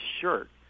shirt